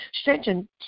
Strengthen